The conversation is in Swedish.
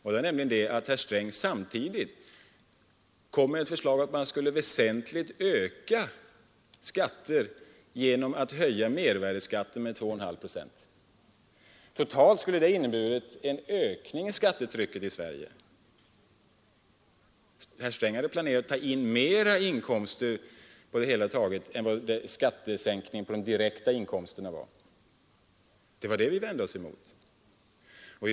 Herr Sträng lade nämligen samtidigt fram ett förslag om en väsentlig ökning av skatterna genom en höjning av mervärdeskatten med 2,5 procent. Totalt skulle det ha inneburit en ökning av skattetrycket i Sverige. Herr Sträng hade planerat att ta in mera inkomster via momsen än vad som motsvarade sänkningen av den direkta skatten. Det var det vi vände oss emot.